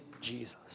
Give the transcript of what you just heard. Jesus